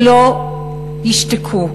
שלא ישתקו,